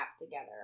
together